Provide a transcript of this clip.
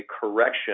correction